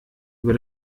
über